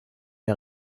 der